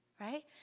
right